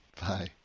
Bye